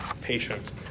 patient